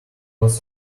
was